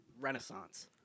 Renaissance